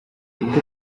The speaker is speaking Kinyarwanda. ubwo